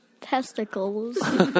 Testicles